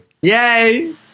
Yay